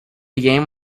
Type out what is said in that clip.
game